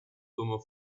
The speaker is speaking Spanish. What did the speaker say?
como